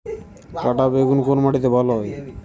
কাঁটা বেগুন কোন মাটিতে ভালো হয়?